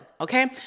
Okay